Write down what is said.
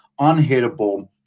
unhittable